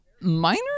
minor